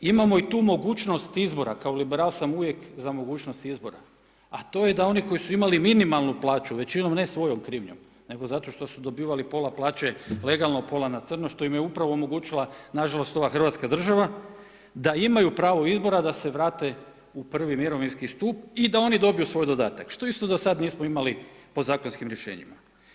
Imamo i tu mogućnost izbora, kao liberal sam uvijek za mogućnost izbora a to je da oni koji su imali minimalnu plaću većinom ne svojom krivnjom nego zato što su dobivali pola plaće legalno a pola na crno što im je upravo omogućila nažalost ova Hrvatska država da imaju pravo izbora, da se vrate u prvi mirovinski stup i da oni dobiju svoj dodatak, što isto do sada nismo imali po zakonskim rješenjima.